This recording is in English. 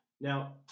now